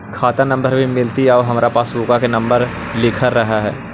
खाता नंबर भी मिलतै आउ हमरा पासबुक में नंबर लिखल रह है?